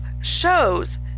shows